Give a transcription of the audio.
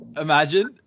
Imagine